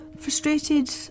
Frustrated